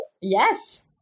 yes